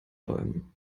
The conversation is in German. bäumen